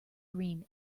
green